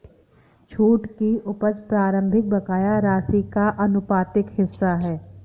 छूट की उपज प्रारंभिक बकाया राशि का आनुपातिक हिस्सा है